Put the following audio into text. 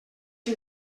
que